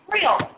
Real